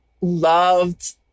loved